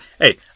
hey